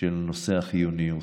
של נושא החיוניות,